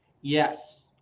yes